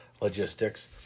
logistics